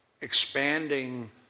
expanding